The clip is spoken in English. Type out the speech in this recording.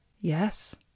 Yes